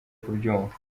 kubyumva